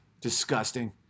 disgusting